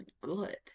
good